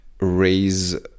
raise